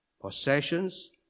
possessions